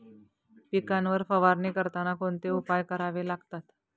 पिकांवर फवारणी करताना कोणते उपाय करावे लागतात?